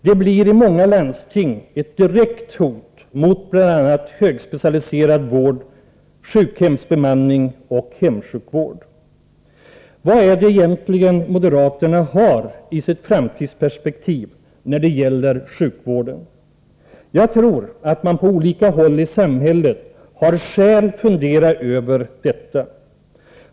Det blir i många landsting ett direkt hot mot bl.a. högspecialiserad vård, sjukhemsbemanning och hemsjukvård. Vad är det egentligen moderaterna har i sitt framtidsperspektiv när det gäller sjukvården? Jag tror att man på olika håll i samhället har skäl fundera över detta.